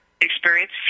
experience